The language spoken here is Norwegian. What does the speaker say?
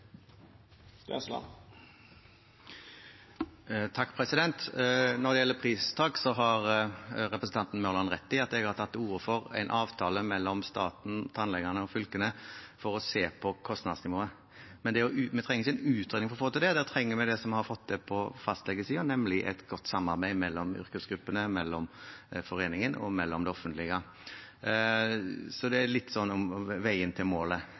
Når det gjelder pristak, har representanten Mørland rett i at jeg har tatt til orde for en avtale mellom staten, tannlegene og fylkene for å se på kostnadsnivået, men vi trenger ikke en utredning for å få til det. Da trenger vi det som vi har fått til på fastlegesiden, nemlig et godt samarbeid mellom yrkesgruppene, mellom foreningen og det offentlige. Så det handler om veien til målet.